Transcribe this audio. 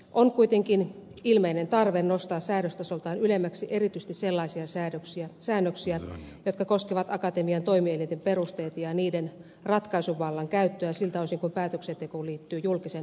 on kuitenkin ilmeinen tarve nostaa säädöstasolta ylemmäksi erityisesti sellaisia säännöksiä jotka koskevat akatemian toimielinten perusteita ja niiden ratkaisuvallan käyttöä siltä osin kuin päätöksentekoon liittyy julkisen vallan käyttöä